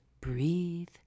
breathe